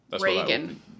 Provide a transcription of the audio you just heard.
Reagan